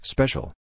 Special